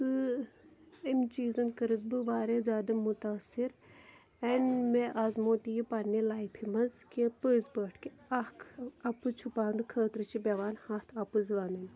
تہٕ أمۍ چیٖزَن کٔرٕس بہٕ واریاہ زیادٕ مُتٲثِر اینٛڈ مےٚ آزمو تہِ یہِ پنٕنہِ لایفہِ منٛز کہِ پٔزۍ پٲٹھۍ کہِ اَکھ اَپُز چھُپاونہٕ خٲطرٕ چھِ پٮ۪وان ہَتھ اَپُز وَنٕنۍ